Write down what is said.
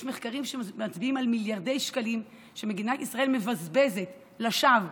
יש מחקרים שמצביעים על מיליארדי שקלים שמדינת ישראל מבזבזת לשווא.